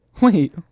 Wait